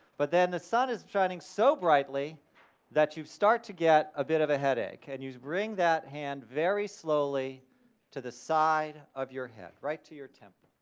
but then the sun is shining so brightly that you start to get a bid of a headache, and you bring that hand very slowly to the side of your head, right to your temple.